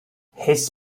his